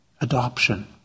Adoption